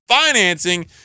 financing